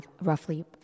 roughly